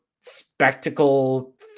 spectacle